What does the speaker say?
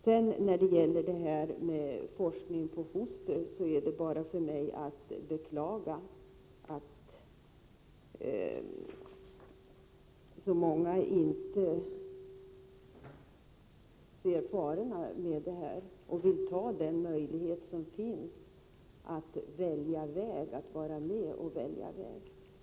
Beträffande forskning på foster är det bara för mig att beklaga att så många inte ser farorna och vill använda den möjlighet som finns att vara med och välja väg.